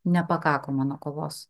nepakako mano kovos